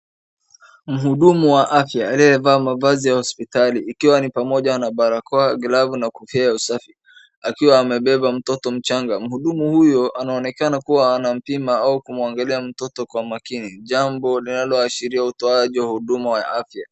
Mhudumu wa afya aliyevaa mavazi ya hospitalini ikiwa ni pamoja na barakoa glavu na kofia ya usafi na akiwa amebeba mtoto mchanga ,mhudumu huyu anaonekana kuwa anampima au kumwangalia mtoto kwa makini, jambo linaloashiria utoaji wa huduma ya afya.